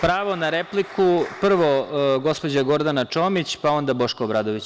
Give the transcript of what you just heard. Pravo na repliku, prvo gospođa Gordana Čomić, pa onda Boško Obradović.